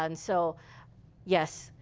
and so yes,